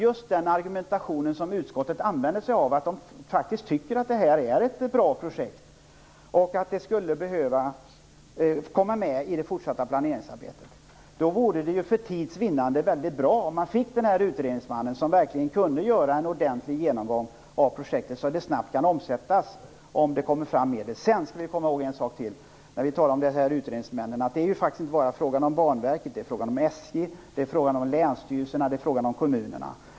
I den argumentation som utskottet använder säger man att man faktiskt tycker att det här är ett bra projekt och att det skulle behöva komma med i det fortsatta planeringsarbetet. Då vore det ju för tids vinnande väldigt bra, tycker jag, om man fick en utredningsman som kunde göra en ordentlig genomgång av projektet, så att det snabbt kan omsättas om det kommer fram medel. Sedan skall vi komma ihåg en sak till när vi talar om utredningsmän. Det är inte bara fråga om Banverket, utan också om SJ, om Länsstyrelserna och om kommunerna.